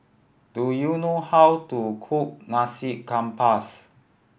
do you know how to cook nasi campus